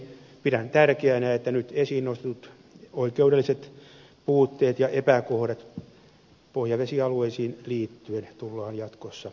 pidän tärkeänä että nyt esiin nostetut oikeudelliset puutteet ja epäkohdat pohjavesialueisiin liittyen tullaan jatkossa korjaamaan